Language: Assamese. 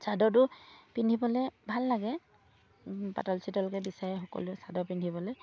চাদৰটো পিন্ধিবলৈ ভাল লাগে পাতল চাতলকৈ বিচাৰে সকলোৱে চাদৰ পিন্ধিবলৈ